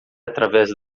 através